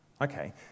Okay